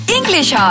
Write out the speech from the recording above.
English